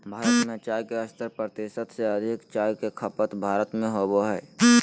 भारत में चाय के सत्तर प्रतिशत से अधिक चाय के खपत भारत में होबो हइ